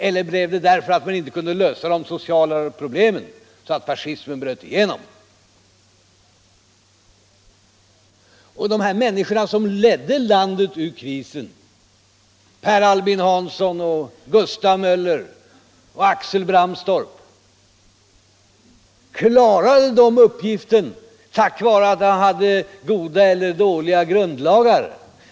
Eller var det därför att man inte kunde lösa de sociala problemen som fascismen bröt igenom? De här människorna som ledde landet ur krisen, Per Albin Hansson, Gustav Möller och Axel Bramstorp, klarade de uppgiften tack vare att vi hade goda grundlagar?